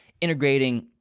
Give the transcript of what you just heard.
integrating